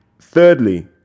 Thirdly